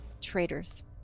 Traitors